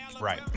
Right